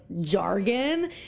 jargon